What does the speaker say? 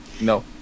no